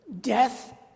death